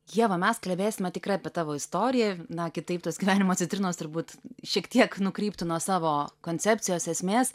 ieva mes kalbėsime tikrai apie tavo istoriją na kitaip tos gyvenimo citrinos turbūt šiek tiek nukryptų nuo savo koncepcijos esmės